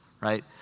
right